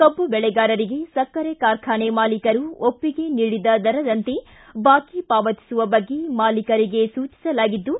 ಕಬ್ಬು ಬೆಳೆಗಾರರಿಗೆ ಸಕ್ಕರೆ ಕಾರ್ಖಾನೆ ಮಾಲೀಕರು ಒಪ್ಪಿಗೆ ನೀಡಿದ ದರದಂತೆ ಬಾಕಿ ಪಾವತಿಸುವ ಬಗ್ಗೆ ಮಾಲೀಕರಿಗೆ ಸೂಚಿಸಲಾಗಿದ್ದು